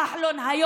כחלון,